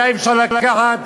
היה אפשר לקחת,